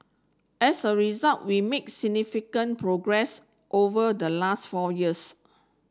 as a result we make significant progress over the last four years